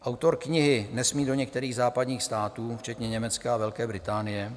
Autor knihy nesmí do některých západních států, včetně Německa a Velké Británie.